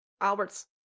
Albert's